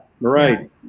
right